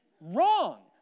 wrong